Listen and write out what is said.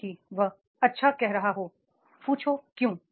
भले ही वह अच्छा कह रहा हो पूछो क्यों